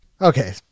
Okay